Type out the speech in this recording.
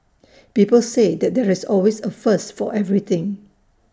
people say that there's always A first for everything